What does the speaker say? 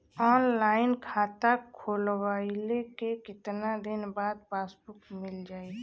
Online खाता खोलवईले के कितना दिन बाद पासबुक मील जाई?